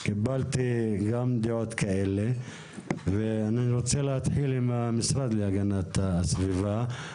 קיבלתי גם דעות כאלה ואני רוצה להתחיל עם המשרד להגנת הסביבה,